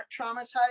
traumatized